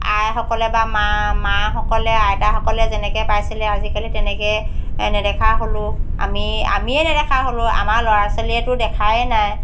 আইসকলে বা মা মাসকলে আইতাসকলে যেনেকৈ পাইছিলে আজিকালি তেনেকৈ নেদেখা হ'লোঁ আমি আমিয়ে নেদেখা হ'লোঁ আমাৰ ল'ৰা ছোৱালীয়েতো দেখাই নাই